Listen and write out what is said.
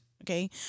Okay